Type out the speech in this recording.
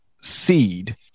seed